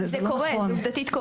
זה קורה, עובדתית.